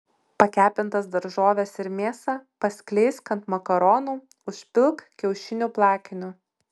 pakepintas daržoves ir mėsą paskleisk ant makaronų užpilk kiaušinių plakiniu